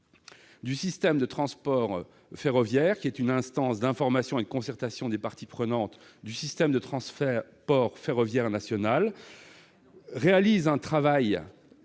du système de transport ferroviaire, instance d'information et de concertation des parties prenantes du système de transport ferroviaire national, accomplisse un travail